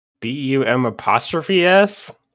B-U-M-apostrophe-S